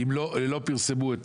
אם לא פרסמו את